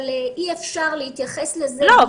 אבל אי אפשר להתייחס לזה --- לא,